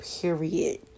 period